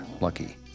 Lucky